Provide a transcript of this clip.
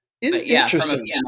Interesting